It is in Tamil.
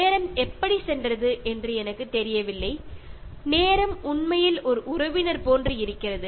நேரம் எப்படி சென்றது என்று எனக்கு தெரியவில்லை நீரம் உண்மையில் ஒரு உறவினர் போன்று இருக்கிறது